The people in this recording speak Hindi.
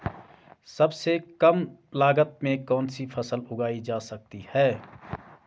सबसे कम लागत में कौन सी फसल उगाई जा सकती है